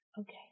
okay